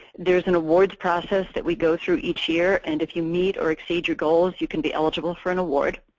there's an awards process that we go through each year. and if you meet or exceed your goals, you can be eligible for an award.